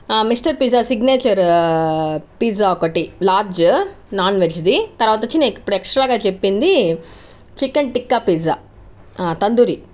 mister pizza signature pizza ఒకటి large non వెజ్ది తర్వాత వచ్చి నేను ఇప్పుడు ఎక్స్ట్రాగా చెప్పింది చికెన్ టిక్కా పిజ్జా తందూరి